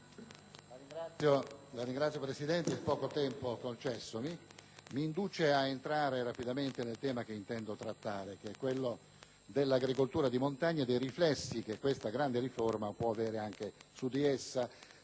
Signora Presidente, il poco tempo concessomi mi induce ad entrare rapidamente nel tema che intendo trattare, quello dell'agricoltura di montagna e dei riflessi che questa grande riforma può avere anche su di essa.